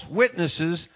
witnesses